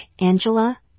Angela